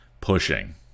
pushing